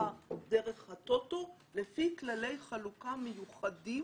התמיכה דרך הטוטו לפי כללי חלוקה מיוחדים